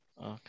Okay